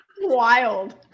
wild